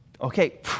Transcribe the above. okay